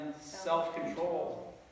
self-control